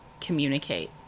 communicate